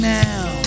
now